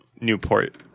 Newport